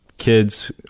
kids